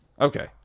Okay